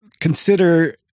consider